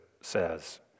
says